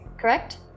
correct